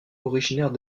originaire